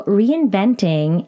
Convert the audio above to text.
reinventing